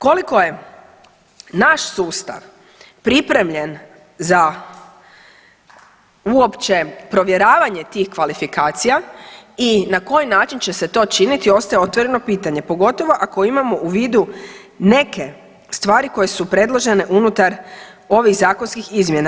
Koliko je naš sustav pripremljen za uopće provjeravanje tih kvalifikacija i na koji način će se to činiti ostaje otvoreno pitanje pogotovo ako imamo u vidu neke stvari koje su predložene unutar ovih zakonskih izmjena.